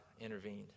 intervened